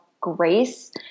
grace